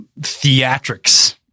theatrics